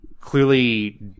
clearly